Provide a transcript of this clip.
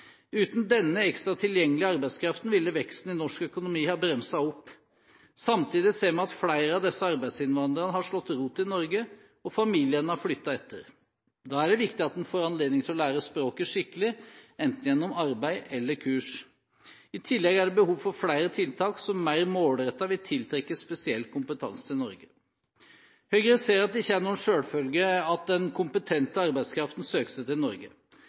Uten denne ekstra tilgjengelige arbeidskraften ville veksten i norsk økonomi ha bremset opp. Samtidig ser vi at flere av disse arbeidsinnvandrerne har slått rot i Norge, og familiene har flyttet etter. Da er det viktig at man får anledning til å lære språket skikkelig, enten gjennom arbeid eller kurs. I tillegg er det behov for flere tiltak som mer målrettet vil tiltrekke spesiell kompetanse til Norge. Høyre ser at det ikke er noen selvfølge at den kompetente arbeidskraften søker seg til Norge.